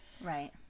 Right